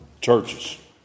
churches